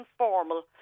informal